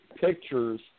pictures